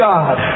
God